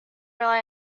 rely